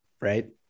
right